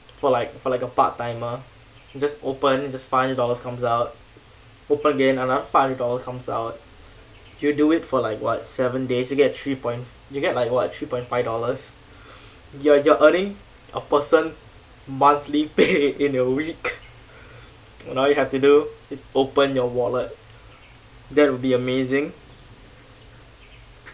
for like for like a part timer just open this five hundred dollars comes out open again another five hundred dollar comes out you do it for like what seven days you get three point you get like what three point five dollars you're you're earning a person's monthly pay in a week and all you have to do is open your wallet that would be amazing